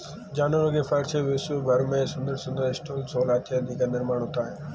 जानवरों के फर से विश्व भर में सुंदर सुंदर स्टॉल शॉल इत्यादि का निर्माण होता है